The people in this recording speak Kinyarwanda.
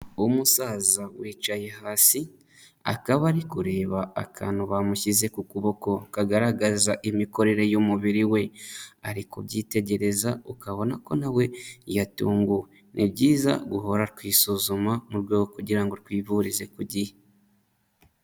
Umusaza wicaye hasi akaba ari kureba akantu bamushyize ku kuboko kagaragaza imikorere y'umubiri we, ari kubyitegereza ukabona ko na we yatunguwe. Ni byiza guhora twisuzuma mu rwego rwo kugira ngo twivurize ku gihe.